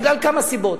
בגלל כמה סיבות.